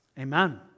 Amen